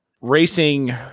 racing